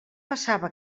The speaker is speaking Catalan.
passava